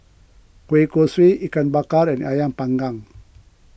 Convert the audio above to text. Kueh Kosui Ikan Bakar and Ayam Panggang